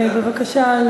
בבקשה,